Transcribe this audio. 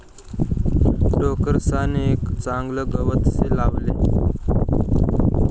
टोकरसान एक चागलं गवत से लावले